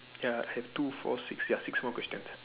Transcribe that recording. ya have two four six ya six more questions